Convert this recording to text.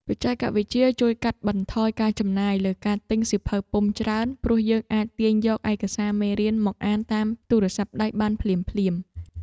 បច្ចេកវិទ្យាជួយកាត់បន្ថយការចំណាយលើការទិញសៀវភៅពុម្ពច្រើន ព្រោះយើងអាចទាញយកឯកសារមេរៀនមកអានតាមទូរស័ព្ទដៃបានភ្លាមៗ។